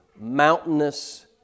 mountainous